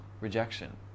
rejection